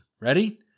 Ready